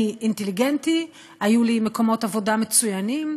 אני אינטליגנטי, היו לי מקומות עבודה מצוינים,